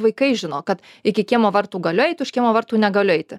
vaikai žino kad iki kiemo vartų galiu eit už kiemo vartų negaliu eiti